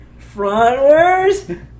Frontwards